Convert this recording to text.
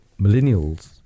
millennials